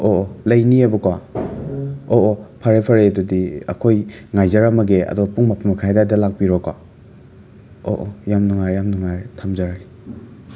ꯑꯣ ꯑꯣ ꯂꯩꯅꯤꯌꯦꯕꯀꯣ ꯑꯣ ꯑꯣ ꯐꯔꯦ ꯐꯔꯦ ꯑꯗꯨꯗꯤ ꯑꯩꯈꯣꯏ ꯉꯥꯏꯖꯔꯝꯃꯒꯦ ꯑꯗꯣ ꯄꯨꯡ ꯃꯥꯄꯟꯃꯈꯥꯏ ꯑꯗꯨꯋꯥꯏꯗ ꯂꯥꯛꯄꯤꯔꯣꯀꯣ ꯑꯣ ꯑꯣ ꯌꯥꯝ ꯅꯨꯡꯉꯥꯏꯔꯦ ꯌꯥꯝ ꯅꯨꯡꯉꯥꯏꯔꯦ ꯊꯝꯖꯔꯒꯦ